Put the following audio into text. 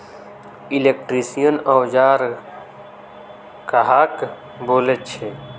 Electrician औजार कहाक बोले छे?